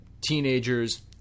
teenagers